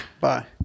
Bye